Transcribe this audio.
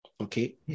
okay